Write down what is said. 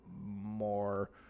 more